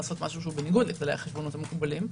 לעשות דבר שהוא בניגוד לכללי החשבונאות המקובלים.